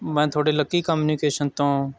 ਮੈਂ ਤੁਹਾਡੇ Lucky Communication ਤੋਂ